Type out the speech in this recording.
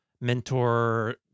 mentor